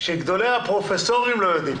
שגדולי הפרופסורים לא יודעים.